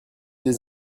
les